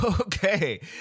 Okay